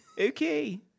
Okay